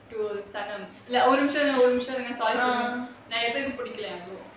sanam ஒரு நிமிஷம் இருங்க ஒரு நிமிஷம் இருங்க:oru nimisham irunga oru nimisham irunga like நெறய பேருக்கு பிடிக்கல:neraya peruku pidikala